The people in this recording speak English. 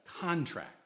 contract